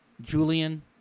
Julian